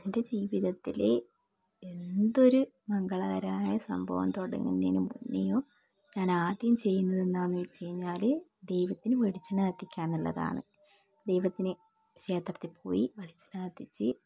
എൻ്റെ ജീവിതത്തിൽ എന്തൊരു മംഗളകരമായ സംഭവം തൊടങ്ങുന്നതിന് മുന്നെയും ഞാനാദ്യം ചെയ്യുന്നത് എന്താണെന്ന് വെച്ച് കഴിഞ്ഞാൽ ദൈവത്തിന് വെളിച്ചെണ്ണ കത്തിക്കാന്നുള്ളതാണ് ദൈവത്തിന് ക്ഷേത്രത്തിൽ പോയി വെളിച്ചെണ്ണ കത്തിച്ച്